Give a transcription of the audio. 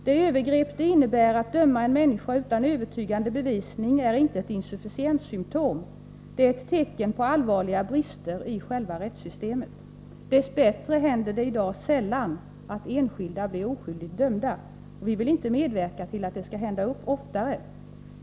Det övergrepp det innebär att döma en människa utan övertygande bevisning är inte ett insufficienssymtom — det är ett tecken på allvarliga brister i själva rättssystemet. Dess bättre händer det i dag sällan att enskilda blir oskyldigt dömda. Vi vill inte medverka till att det skall hända oftare.